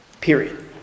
Period